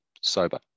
sober